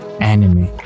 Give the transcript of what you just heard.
anime